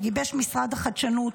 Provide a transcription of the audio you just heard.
"גיבש משרד החדשנות,